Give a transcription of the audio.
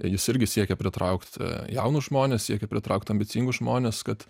jis irgi siekia pritraukt jaunus žmones siekia pritraukt ambicingus žmones kad